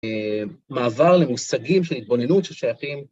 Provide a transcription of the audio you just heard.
מעבר למושגים של התבוננות ששייכים.